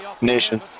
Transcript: Nation